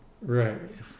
Right